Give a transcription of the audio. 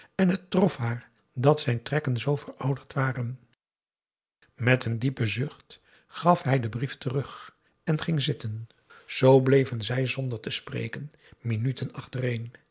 en het trof haar dat zijn trekken zoo verouderd waren met een diepen zucht gaf hij den brief terug en ging zitten zoo bleven zij zonder te spreken minuten achtereen